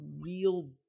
real